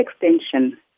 extension